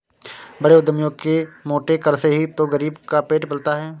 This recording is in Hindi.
बड़े उद्यमियों के मोटे कर से ही तो गरीब का पेट पलता है